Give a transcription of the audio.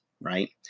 Right